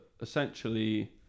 essentially